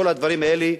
כל הדברים האלה,